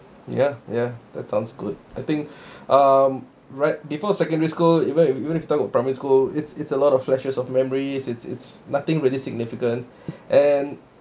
ya ya that sounds good I think um right before secondary school even if if you talk about primary school it's it's a lot of flashes of memories it's it's nothing really significant and